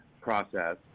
process